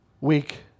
week